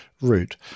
route